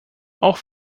auch